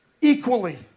equally